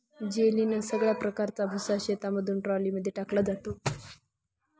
जेलीने सगळ्या प्रकारचा भुसा शेतामधून ट्रॉली मध्ये टाकला जातो